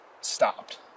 stopped